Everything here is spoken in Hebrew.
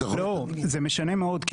זה משנה מאוד.